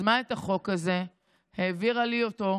שיזמה את הצעת חוק והעבירה לי אותה.